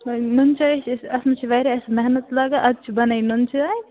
نُن چاے حظ چھِ أسۍ اَتھ منٛز چھِ واریاہ اَسہِ محنت لَگان اَدٕ چھِ بَنان یہِ نُن چاے